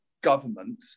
government